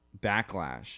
backlash